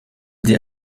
dir